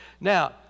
Now